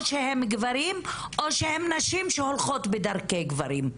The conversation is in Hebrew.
או שהם גברים או שהן נשים שהולכות בדרכי גברים.